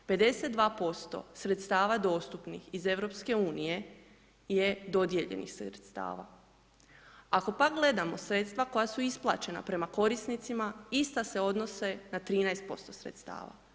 52% sredstava dostupnih iz Europske unije je dodijeljenih sredstava, ako pak gledamo sredstva koja su isplaćena prema korisnicima, ista se odnose na 13% sredstava.